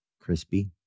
crispy